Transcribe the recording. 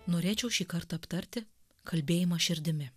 norėčiau šį kartą aptarti kalbėjimą širdimi